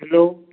hello